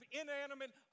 inanimate